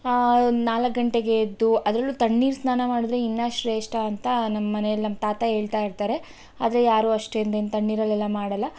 ನಾಲ್ಕು ಗಂಟೆಗೆ ಎದ್ದು ಅದರಲ್ಲೂ ತಣ್ಣೀರು ಸ್ನಾನ ಮಾಡಿದ್ರೆ ಇನ್ನು ಶ್ರೇಷ್ಠ ಅಂತ ನಮ್ಮ ಮನೇಲಿ ನಮ್ಮ ತಾತ ಹೇಳ್ತಾ ಇರ್ತಾರೆ ಆದರೆ ಯಾರು ಅಷ್ಟೇನು ತಣ್ಣೀರಲ್ಲೆಲ್ಲ ಮಾಡಲ್ಲ